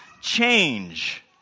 change